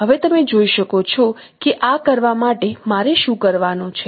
હવે તમે જોઈ શકો છો કે આ કરવા માટે મારે શું કરવાનું છે